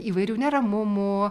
įvairių neramumų